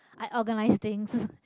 I organise things